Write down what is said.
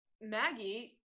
Maggie